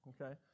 Okay